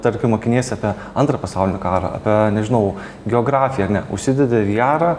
tarkim mokiniesi apie antrą pasaulinį karą apie nežinau geografiją ar ne užsidedi viarą